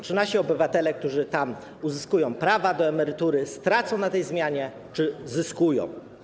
Czy nasi obywatele, którzy tam uzyskują prawa do emerytury, stracą na tej zmianie czy zyskają?